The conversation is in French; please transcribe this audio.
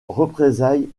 représailles